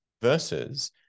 Versus